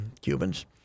Cubans